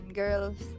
girls